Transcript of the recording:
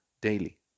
daily